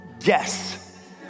yes